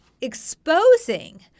exposing